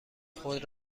خود